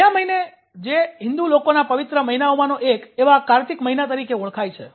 ગયા મહિને જે હિન્દુ લોકોના પવિત્ર મહિનામાંનો એક એવા 'કાર્તિક મહિના' તરીકે ઓળખાય છે